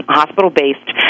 hospital-based